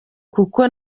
kuko